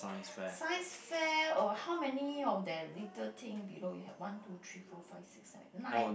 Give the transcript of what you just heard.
science fair orh how many of that little thing below you have one two three four five six seven nine